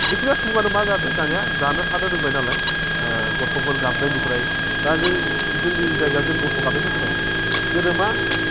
जेखि जाया सुबुङानो मा जादों दानिया जानो थानो रोंबाय नालाय गथ'फोर गाबनायनिफ्राय दा जों जोंनि जायगायाव जों गथ' गाबनायखौनो खोनाया गोदो मा